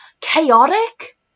chaotic